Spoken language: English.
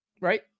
Right